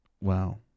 Wow